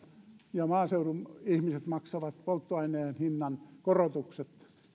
maaseudun ihmiset maksavat polttoaineen hinnan korotukset